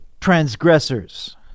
transgressors